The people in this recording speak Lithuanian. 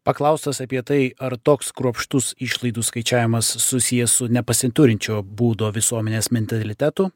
paklaustas apie tai ar toks kruopštus išlaidų skaičiavimas susijęs su nepasiturinčio būdo visuomenės mentalitetu